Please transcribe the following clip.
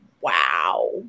Wow